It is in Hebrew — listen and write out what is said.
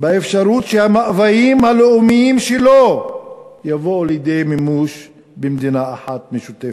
באפשרות שהמאוויים הלאומיים שלו יבואו לידי מימוש במדינה אחת משותפת,